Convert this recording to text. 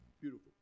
Beautiful